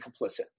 complicit